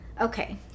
Okay